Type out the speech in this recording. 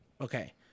Okay